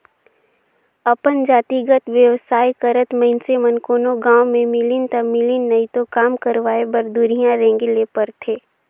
अपन जातिगत बेवसाय करत मइनसे मन कोनो गाँव में मिलिन ता मिलिन नई तो काम करवाय बर दुरिहां रेंगें ले परथे